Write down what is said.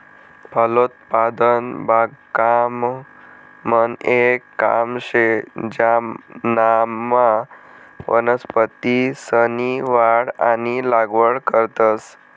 फलोत्पादन बागकामनं येक काम शे ज्यानामा वनस्पतीसनी वाढ आणि लागवड करतंस